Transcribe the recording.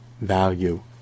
value